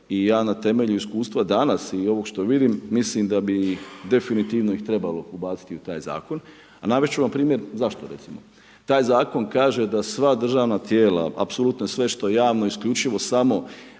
I ja na temelju iskustva danas i ovog što vidim, mislim da bi definitivno ih trebalo ubaciti u taj zakon. A navesti ću vam primjer zašto recimo. Taj zakon kaže da sva državna tijela, apsolutno sve što je javno isključivo samo